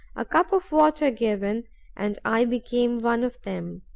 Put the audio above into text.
a cup of water given and i became one of them,